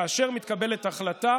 כאשר מתקבלת החלטה